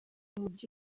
umujyi